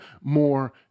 more